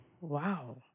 wow